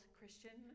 Christian